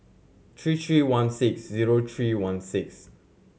three three one six zero three one six